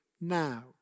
now